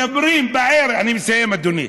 מדברים אני מסיים, אדוני.